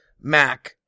Mac